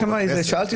מרפאה שהיא